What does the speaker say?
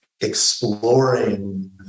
exploring